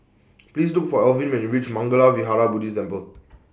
Please Look For Elvin when YOU REACH Mangala Vihara Buddhist Temple